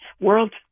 world